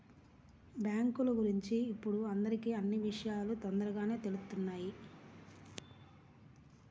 బ్యేంకుల గురించి ఇప్పుడు అందరికీ అన్నీ విషయాలూ తొందరగానే తెలుత్తున్నాయి